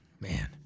Man